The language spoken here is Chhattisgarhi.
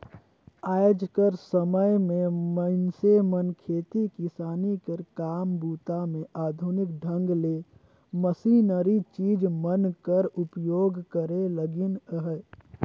आएज कर समे मे मइनसे मन खेती किसानी कर काम बूता मे आधुनिक ढंग ले मसीनरी चीज मन कर उपियोग करे लगिन अहे